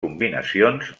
combinacions